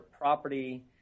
property